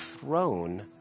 throne